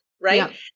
Right